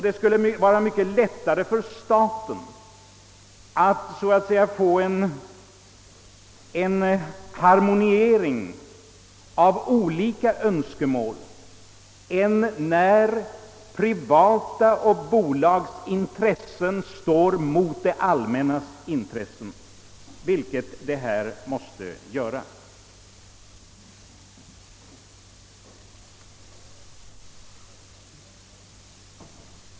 Det skulle vara mycket lättare för staten att få olika önskemål att harmoniera än det är när privata intressen och bolagsintressen står mot det allmännas intressen, som de nu måste göra.